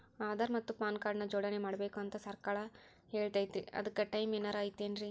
ಆಧಾರ ಮತ್ತ PAN card ನ ಜೋಡಣೆ ಮಾಡ್ಬೇಕು ಅಂತಾ ಸರ್ಕಾರ ಹೇಳೈತ್ರಿ ಅದ್ಕ ಟೈಮ್ ಏನಾರ ಐತೇನ್ರೇ?